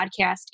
podcast